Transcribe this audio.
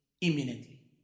imminently